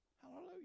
Hallelujah